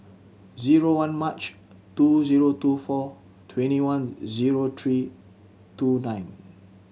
zero one March two zero two four twenty one zero three two nine